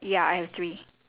ya I have three